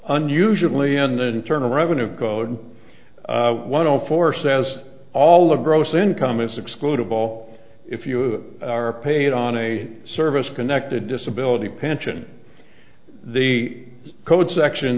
unusually and internal revenue code why don't force as all a gross income is exclude of all if you are paid on a service connected disability pension the code section